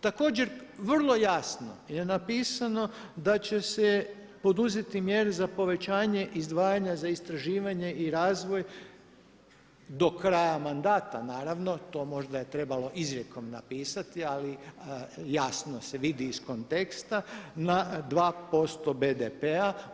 Također vrlo jasno je napisano da će se poduzeti mjere za povećanje izdvajanja za istraživanje i razvoj do kraja mandata naravno, to je možda trebalo izrijekom napisati, ali jasno se vidi iz konteksta, na 2% BDP-a.